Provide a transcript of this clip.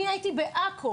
אני הייתי בעכו,